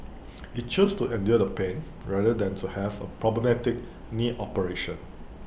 he chose to endure the pain rather than to have problematic knee operation